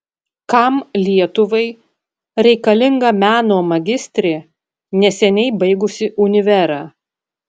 kam lietuvai reikalinga meno magistrė neseniai baigusi univerą